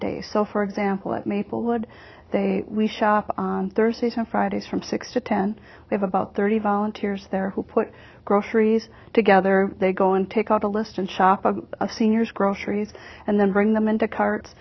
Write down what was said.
days so for example at maplewood we shop on thursdays and fridays from six to ten we have about thirty volunteers there who put groceries together they go and take out a list and chop up a senior's groceries and then bring them into a cart